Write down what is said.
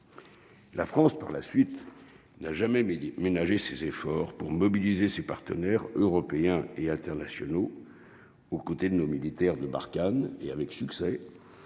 la France, par la suite, il n'a jamais mais ménagé ses efforts pour mobiliser ses partenaires européens et internationaux, aux côtés de nos militaires de Barkhane et avec succès,